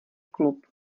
klub